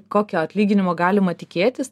kokio atlyginimo galima tikėtis